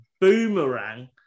boomerang